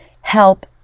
help